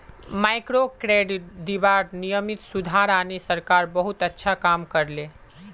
microcredit दीबार नियमत सुधार आने सरकार बहुत अच्छा काम कर ले